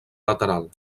lateral